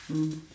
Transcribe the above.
mm